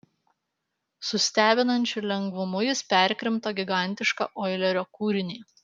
su stebinančiu lengvumu jis perkrimto gigantišką oilerio kūrinį